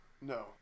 No